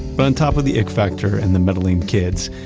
but on top of the ick factor and the meddling kids,